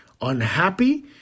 unhappy